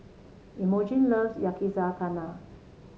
Imogene loves Yakizakana